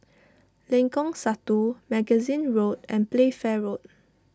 Lengkong Satu Magazine Road and Playfair Road